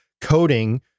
coding